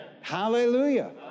Hallelujah